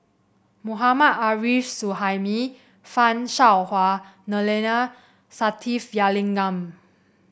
Mohammad Arif Suhaimi Fan Shao Hua Neila Sathyalingam